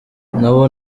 nabo